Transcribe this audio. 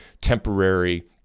temporary